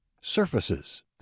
Surfaces